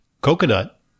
coconut